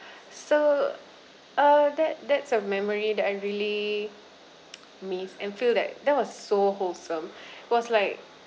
so uh that that's a memory that I really miss and feel that that was so wholesome was like